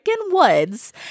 woods